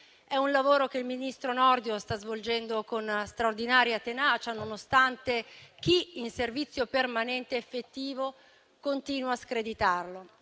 È un lavoro che il ministro Nordio sta svolgendo con straordinaria tenacia, nonostante chi, in servizio permanente effettivo, continua a screditarlo.